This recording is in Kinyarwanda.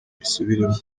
mbisubiremo